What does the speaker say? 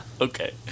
okay